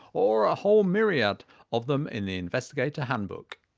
or a whole myriad of them in the investigator handbook